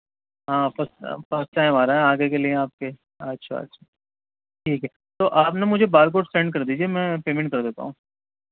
ہاں first time آ رہے ہیں آگے کے لیے آپ کے اچھا اچھا ٹھیک ہے تو آپ نہ مجھے بارکوڈ سینڈ کر دیجیے میں پیمنٹ کر دیتا ہوں